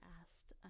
asked